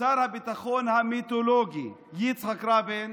שר הביטחון המיתולוגי יצחק רבין